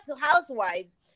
housewives